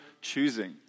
choosing